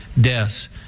deaths